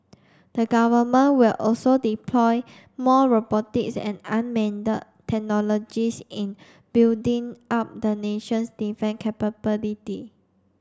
the Government will also deploy more robotics and technologies in building up the nation's defence capability